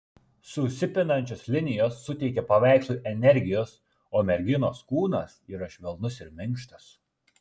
susipinančios linijos suteikia paveikslui energijos o merginos kūnas yra švelnus ir minkštas